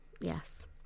Yes